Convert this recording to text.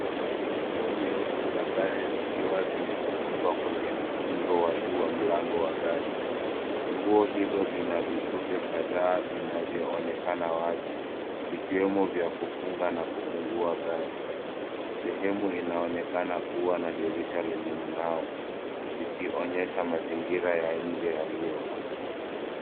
Funguo nyeusi za gari zikiwa zimetundikwa kwenye ukingo wa jua mlango wa gari ,funguo hizo zina vitufe kadhaa vinavyoonekana wazi vikiwemo vya kufunga na kufungua gari sehemu inaonekana kuwa na dirisha lenye mnao likionyesha mazingira ya nje yaliyo wazi.